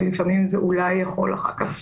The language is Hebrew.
ולפעמים זה אולי יכול אחר כך